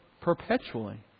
perpetually